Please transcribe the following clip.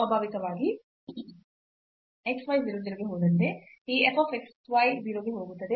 ಸ್ವಾಭಾವಿಕವಾಗಿ xy 0 0 ಗೆ ಹೋದಂತೆ ಈ f x y 0 ಗೆ ಹೋಗುತ್ತದೆ